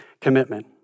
commitment